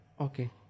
Okay